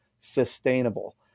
sustainable